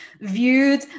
viewed